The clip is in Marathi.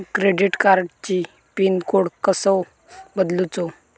क्रेडिट कार्डची पिन कोड कसो बदलुचा?